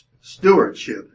Stewardship